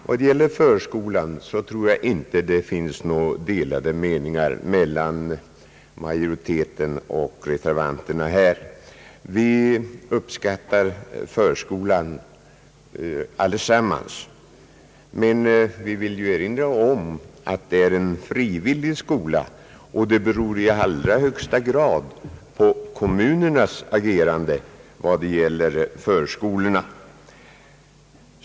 Vad beträffar förskolan tror jag inte att det finns några delade meningar mellan majoriteten och reservanterna. Vi uppskattar förskolan allesammans, men jag vill erinra om att det är en frivillig skola och att det framför allt är kommunerna som har att agera när det gäller förskolorna.